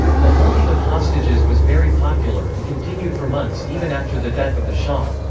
the holding of hostages was very popular and continued for months even after the death of the shah.